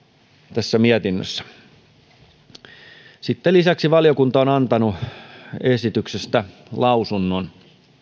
tässä mietinnössä lisäksi valiokunta on antanut esityksestä lausunnon